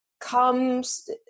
comes